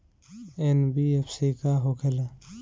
NBFC का होंखे ला?